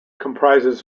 comprises